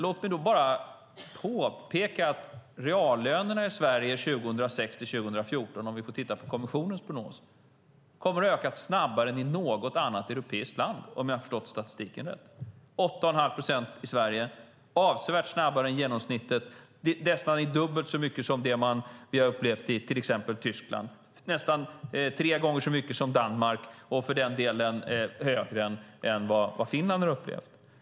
Låt mig då bara påpeka att reallönerna i Sverige 2006-2014, om vi får titta på kommissionens prognoser, kommer att ha ökat snabbare än i något annat europeiskt land, om jag har förstått statistiken rätt. Det är 8 1⁄2 procent i Sverige, avsevärt snabbare än genomsnittet. Det är nästan dubbelt så mycket som det vi har upplevt i till exempel Tyskland, nästan tre gånger så mycket som i Danmark och för den delen högre än vad Finland har upplevt.